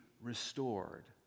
restored